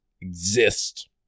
exist